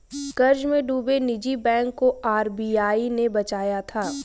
कर्ज में डूबे निजी बैंक को आर.बी.आई ने बचाया था